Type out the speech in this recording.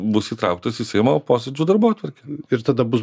bus įtrauktas į seimo posėdžių darbotvarkę ir tada bus